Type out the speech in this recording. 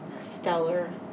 stellar